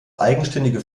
eigenständige